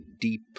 deep